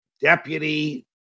deputy